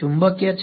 ચુંબકીય છે